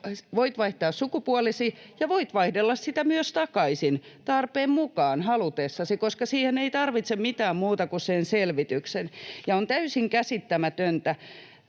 voit vaihtaa sukupuolesi ja voit vaihdella sitä myös takaisin tarpeen mukaan halutessasi, koska siihen ei tarvitse mitään muuta kuin sen selvityksen. Ja on täysin käsittämätöntä: